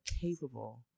capable